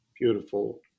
beautiful